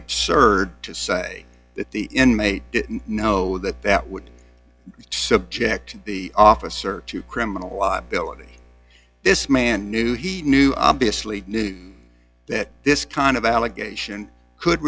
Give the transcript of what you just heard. absurd to say that the inmate didn't know that that would subject the officer to criminal liability this man knew he knew obviously that this kind of allegation could